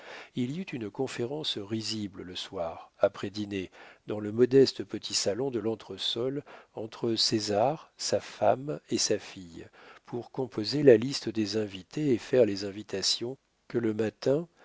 il y eut une conférence risible le soir après dîner dans le modeste petit salon de l'entresol entre césar sa femme et sa fille pour composer la liste des invités et faire les invitations que le matin